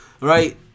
right